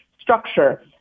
structure